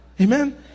Amen